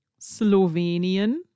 Slowenien